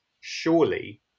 surely